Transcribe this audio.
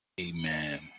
amen